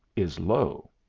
is low.